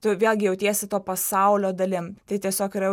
tu vėlgi jautiesi to pasaulio dalim tai tiesiog yra jau